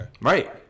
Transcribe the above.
Right